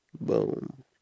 Boom